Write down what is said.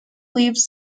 leaves